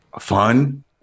fun